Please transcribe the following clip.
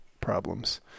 problems